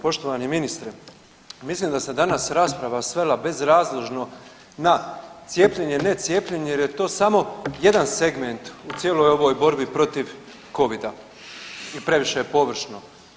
Poštovani ministre, mislim da se danas rasprava svela bezrazložno na cijepljenje, ne cijepljenje jer je to samo jedan segment u cijeloj ovoj borbi protiv Covida i previše je površno.